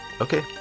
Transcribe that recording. Okay